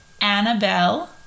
Annabelle